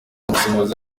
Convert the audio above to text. umusifuzi